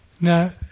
Now